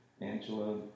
Angela